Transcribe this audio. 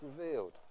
revealed